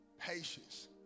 patience